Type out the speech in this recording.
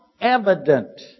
evident